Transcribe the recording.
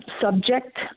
subject